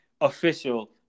official